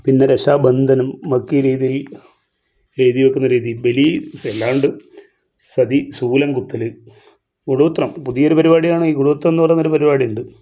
പിന്നെ രക്ഷാബന്ധനം രീതിയിൽ എഴുതി വെക്കുന്ന രീതി ബലി എല്ലാമുണ്ട് സതി ശൂലങ്കുത്തൽ കൂടോത്രം പുതിയൊരു പരുപാടിയാണ് ഈ കുടോത്രമെന്ന് പറഞ്ഞൊരു പരുപാടി ഉണ്ട്